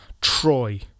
Troy